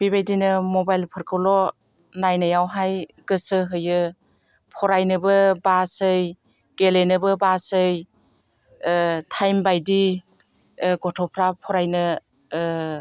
बिबायदिनो मबाइलफोरखौल' नायनायावहाय गोसो होयो फरायनोबो बासै गेलेनोबो बासै टाइमबायदि गथ'फ्रा फरायनो